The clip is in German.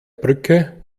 brücke